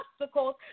obstacles